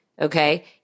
Okay